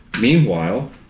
Meanwhile